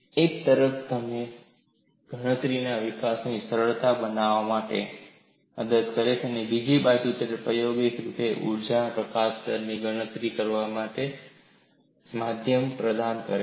એક તરફ તે તમને ગણિતના વિકાસને સરળ બનાવવા માટે મદદ કરે છે બીજી બાજુ તે પ્રાયોગિક રૂપે ઊર્જા પ્રકાશન દરની ગણતરી કરવા માટે માધ્યમ પણ પ્રદાન કરે છે